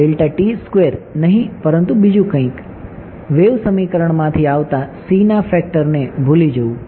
નહીં પરંતુ બીજું કંઇ વેવ સમીકરણમાંથી આવતા c ના ફેક્ટર ને ભૂલી જવું